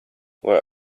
were